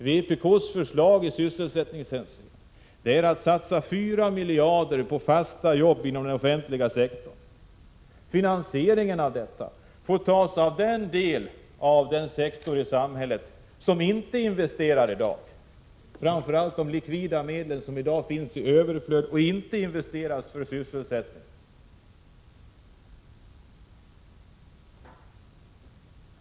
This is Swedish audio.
Vpk:s förslag i sysselsättningshänseende är att satsa 4 miljarder kronor på fasta jobb inom den offentliga sektorn. Finansieringen av detta får tas från den sektor i samhället som i dag inte investerar, framför allt från de likvida medel som för närvarande finns i överflöd men inte investeras för sysselsättning.